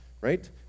right